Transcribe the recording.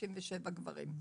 67 - גברים.